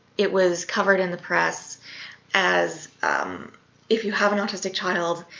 it was covered in the press as if you have an autistic child,